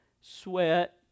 sweat